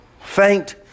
faint